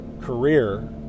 career